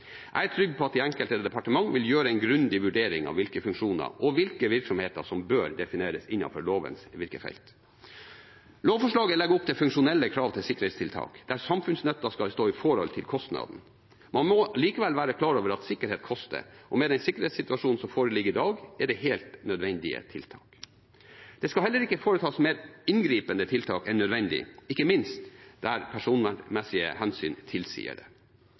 Jeg er trygg på at de enkelte departementer vil gjøre en grundig vurdering av hvilke funksjoner og hvilke virksomheter som bør defineres innenfor lovens virkefelt. Lovforslaget legger opp til funksjonelle krav til sikkerhetstiltak, der samfunnsnytten skal stå i forhold til kostnaden. Man må likevel være klar over at sikkerhet koster, og med den sikkerhetssituasjonen som foreligger i dag, er det helt nødvendige tiltak. Det skal heller ikke foretas mer inngripende tiltak enn nødvendig, ikke minst der personvernmessige hensyn tilsier det.